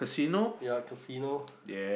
ya casino